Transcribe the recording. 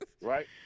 right